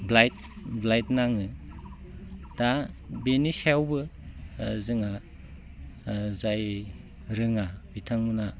blight नाङो दा बेनि सायावबो जोंहा जाय रोङा बिथांमोना